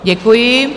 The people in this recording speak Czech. Děkuji.